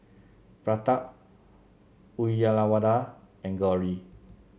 Pratap Uyyalawada and Gauri